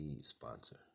sponsor